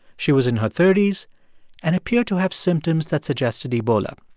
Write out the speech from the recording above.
she was in her thirty s and appeared to have symptoms that suggested ebola.